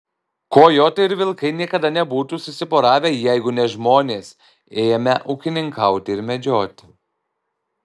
kojotai ir vilkai niekada nebūtų susiporavę jeigu ne žmonės ėmę ūkininkauti ir medžioti